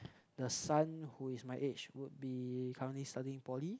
the son who is my age would be currently studying in poly